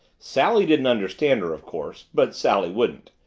sally didn't understand her, of course but sally wouldn't.